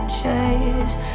chase